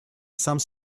some